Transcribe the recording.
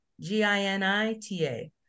G-I-N-I-T-A